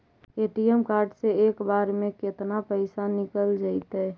ATM card से एक बार में केतना पैसा निकल जइतै?